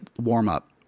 warm-up